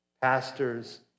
pastors